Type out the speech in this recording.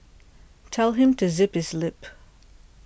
tell him to zip his lip